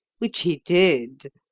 which he did.